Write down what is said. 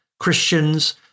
Christians